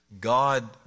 God